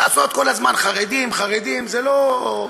לעשות כל הזמן "חרדים", "חרדים", זה לא,